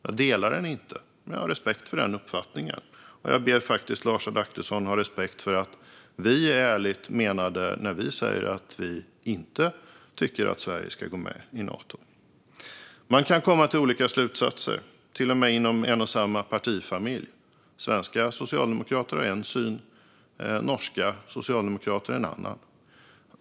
Jag delar den inte, men jag har respekt för den uppfattningen. Och jag ber faktiskt Lars Adaktusson att ha respekt för att det är ärligt menat när vi säger att vi inte tycker att Sverige ska gå med i Nato. Man kan komma till olika slutsatser, till och med inom en och samma partifamilj. Svenska socialdemokrater har en syn och norska socialdemokrater en annan.